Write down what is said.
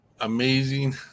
amazing